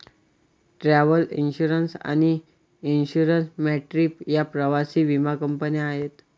travel insurance आणि insure my trip या प्रवासी विमा कंपन्या आहेत